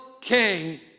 king